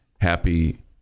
Happy